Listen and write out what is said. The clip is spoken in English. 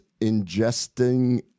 ingesting